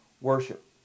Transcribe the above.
worship